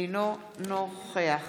אינו נוכח